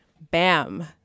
bam